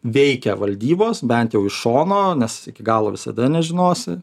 veikia valdybos bent jau iš šono nes iki galo visada nežinosi